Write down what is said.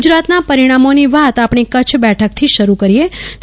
ગુજરાતના પરિણામોની વાત આપણી કચ્છ બેઠકથી શરૂ કરીએ તો